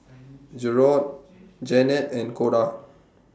Jerrold Janette and Koda